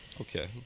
Okay